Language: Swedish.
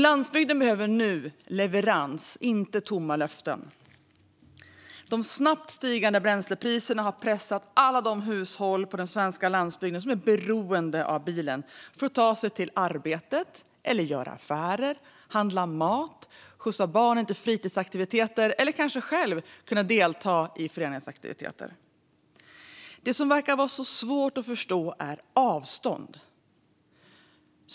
Landsbygden behöver nu leverans, inte tomma löften. De snabbt stigande bränslepriserna har pressat alla de hushåll på den svenska landsbygden som är beroende av bilen för att ta sig till arbetet, göra affärer, handla mat, skjutsa barnen till fritidsaktiviteter eller kanske själva kunna delta i föreningsaktiviteter. Det som verkar vara så svårt att förstå är avstånd.